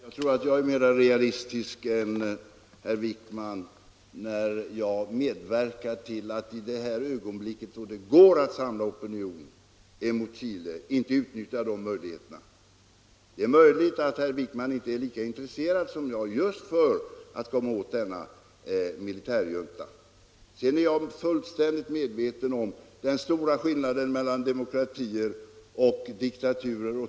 Herr talman! Jag är mera realistisk än herr Wijkman när jag medverkar till att i det här ögonblicket, då det går att samla opinion emot Chile, inte utnyttja dessa möjligheter. Det är möjligt att herr Wijkman inte är lika intresserad av att komma åt just denna militärjunta. Sedan är jag fullständigt medveten om den stora skillnaden mellan demokratier och diktaturer.